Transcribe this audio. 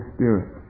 Spirit